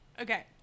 Okay